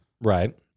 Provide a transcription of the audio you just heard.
Right